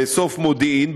לאסוף מודיעין,